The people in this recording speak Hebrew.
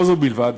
לא זאת בלבד,